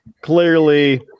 clearly